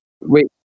Wait